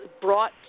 brought